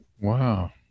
wow